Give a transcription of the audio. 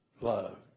love